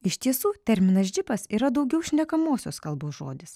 iš tiesų terminas džipas yra daugiau šnekamosios kalbos žodis